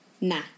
Nah